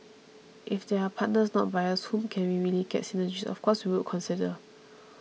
if there are partners not buyers whom we can really get synergies of course we would consider